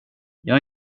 jag